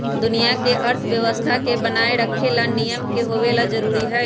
दुनिया के अर्थव्यवस्था के बनाये रखे ला नियम के होवे ला जरूरी हई